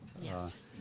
Yes